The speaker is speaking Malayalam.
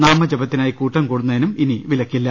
നാമജപത്തിനായി കൂട്ടംകൂടുന്നതിനും ഇനി വിലക്കില്ല